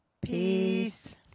Peace